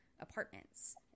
apartments